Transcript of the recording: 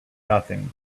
nothing